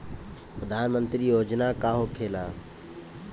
प्रधानमंत्री योजना का होखेला?